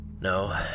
No